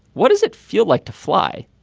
what does it feel like to fly?